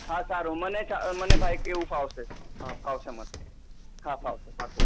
હા સારું મને ચા મને ભાઈ એવું ફાવશે હા ફાવશે મને હા ફાવશે પાક્કું